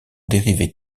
dérivées